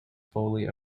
foley